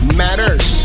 matters